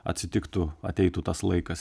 atsitiktų ateitų tas laikas